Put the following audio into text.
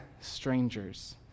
strangers